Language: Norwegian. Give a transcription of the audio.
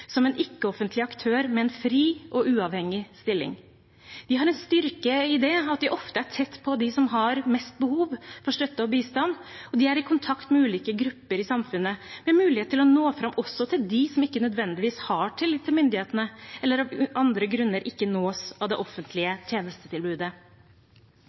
som en ikke-offentlig aktør med en fri og uavhengig stilling. De har en styrke i at de ofte er tett på dem som har mest behov for støtte og bistand, og de er i kontakt med ulike grupper i samfunnet med mulighet til å nå fram også til dem som ikke nødvendigvis har tillit til myndighetene, eller av andre grunner ikke nås av det